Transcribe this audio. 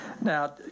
Now